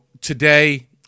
today